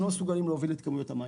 הם לא מסוגלים להוביל את כמויות המים.